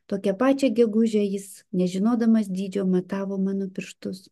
tokia pačią gegužę jis nežinodamas dydžio matavo mano pirštus